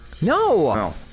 no